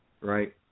right